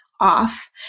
off